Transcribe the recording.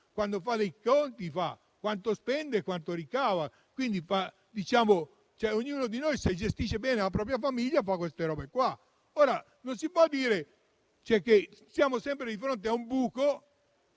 casa propria, calcola quanto spende e quanto ricava, quindi ognuno di noi se gestisce bene la propria famiglia fa queste operazioni. Ora, non si può dire che siamo sempre di fronte a un buco,